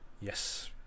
yes